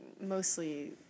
mostly